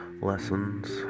lessons